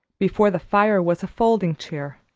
before the fire was a folding-chair,